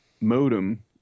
modem